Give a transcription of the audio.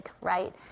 right